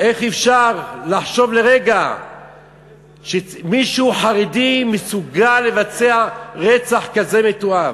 איך אפשר לחשוב לרגע שמישהו חרדי מסוגל לבצע רצח כזה מתועב?